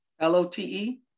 L-O-T-E